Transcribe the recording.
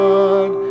God